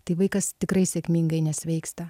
tai vaikas tikrai sėkmingai nesveiksta